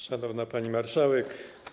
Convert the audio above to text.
Szanowna Pani Marszałek!